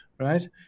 Right